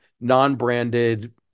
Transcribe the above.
non-branded